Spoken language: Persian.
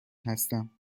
هستم